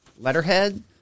letterhead